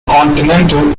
continental